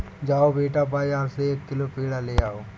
जाओ बेटा, बाजार से एक किलो पेड़ा ले आओ